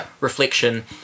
reflection